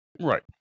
Right